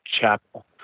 chapel